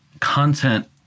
content